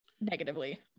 negatively